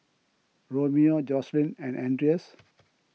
Romeo Jocelyn and andreas